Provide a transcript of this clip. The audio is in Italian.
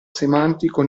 semantico